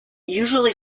usually